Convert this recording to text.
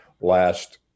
last